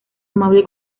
amable